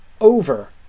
over